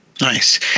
Nice